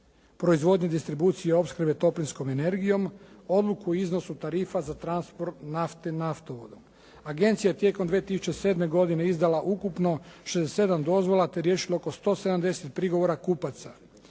proizvodnju, distribuciju i opskrbe toplinskom energijom, odluku o iznosu tarifa za transport nafte naftovodom. Agencija je tijekom 2007. godine izdala ukupno 67 dozvola, te riješila oko 170 prigovora kupaca.